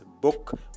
book